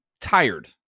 tired